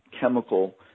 chemical